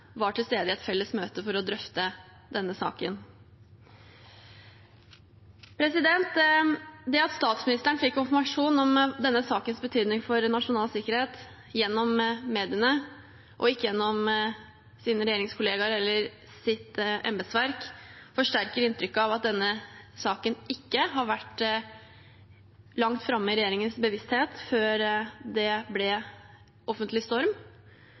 var til stede i et felles møte for å drøfte denne saken. Det at statsministeren fikk informasjon om denne sakens betydning for nasjonal sikkerhet gjennom mediene og ikke gjennom sine regjeringskollegaer eller sitt embetsverk, forsterker inntrykket av at denne saken ikke har vært langt framme i regjeringens bevissthet før det ble offentlig storm,